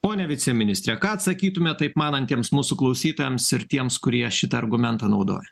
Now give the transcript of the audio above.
pone viceministre ką atsakytumėt taip manantiems mūsų klausytojams ir tiems kurie šitą argumentą naudoja